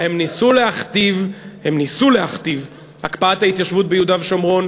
הם ניסו להכתיב הקפאת ההתיישבות ביהודה ושומרון,